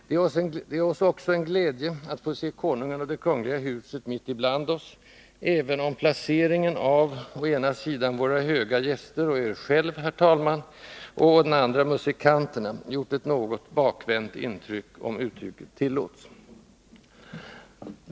Det är oss också en glädje att få se konungen och det kungliga huset mitt ibland oss, även om placeringen av å ena sidan våra höga gäster och er själv, herr talman, och å den andra musikanterna gjort ett något bakvänt intryck, om uttrycket tillåtes.